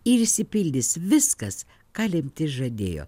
ir išsipildys viskas ką lemtis žadėjo